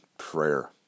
Prayer